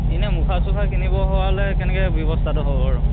এনেই মুখা চুখা কিনিব হোৱা হ'লে কেনেকৈ ব্যৱস্থাটো হ'ব বাৰু